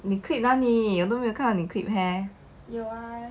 你 clip 哪里我都没有看到你 clip hair